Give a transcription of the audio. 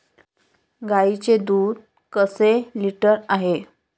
गाईचे दूध कसे लिटर आहे?